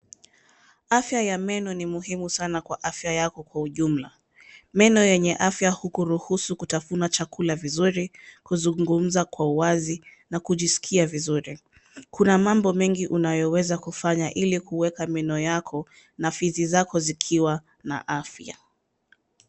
Afya ya meno ni muhimu sana kwa afya yako kwa ujumla. Meno yenye afya hukuruhusu kutafuna chakula vizuri, kuzungumza kwa uwazi, na kujiskia vizuri. Kuna mambo mengi unayoweza kufanya, ili kuweka meno yako na fizi zako zikiwa na afya.